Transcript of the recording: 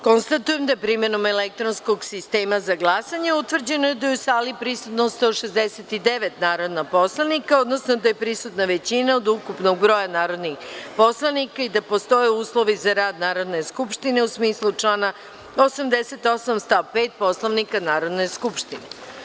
Konstatujem da je, primenom elektronskog sistema za glasanje, utvrđeno da je u sali prisutno 169 narodnih poslanika, odnosno da je prisutna većina od ukupnog broja narodnih poslanika i da postoje uslovi za rad Narodne skupštine, u smislu člana 88. stav 5. Poslovnika Narodne skupštine.